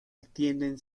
extienden